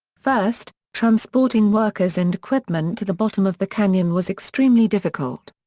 first, transporting workers and equipment to the bottom of the canyon was extremely difficult.